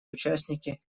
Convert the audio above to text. участники